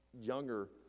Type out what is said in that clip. younger